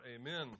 Amen